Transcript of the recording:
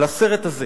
על הסרט הזה.